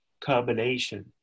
combination